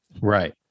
Right